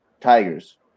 Tigers